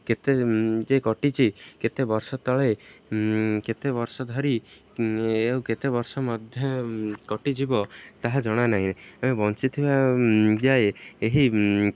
କେତେ ଯେ କଟିଛି କେତେ ବର୍ଷ ତଳେ କେତେ ବର୍ଷ ଧରି ଓ କେତେ ବର୍ଷ ମଧ୍ୟ କଟିଯିବ ତାହା ଜଣା ନାହିଁ ଆମେ ବଞ୍ଚିଥିବା ଯାଏଁ ଏହି